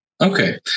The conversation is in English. Okay